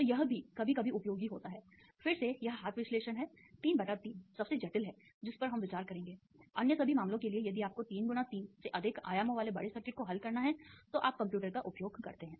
तो यह भी कभी कभी उपयोगी होता है फिर से यह हाथ विश्लेषण है 3 बटा 3 सबसे जटिल है जिस पर हम विचार करेंगे अन्य सभी मामलों के लिए यदि आपको 3 गुणा 3 से अधिक आयामों वाले बड़े सर्किटों को हल करना है तो आप कंप्यूटर का उपयोग करते हैं